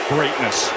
Greatness